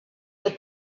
the